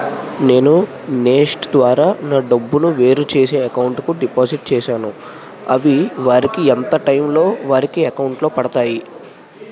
నేను నెఫ్ట్ ద్వారా నా డబ్బు ను వేరే వారి అకౌంట్ కు డిపాజిట్ చేశాను అవి వారికి ఎంత టైం లొ వారి అకౌంట్ లొ పడతాయి?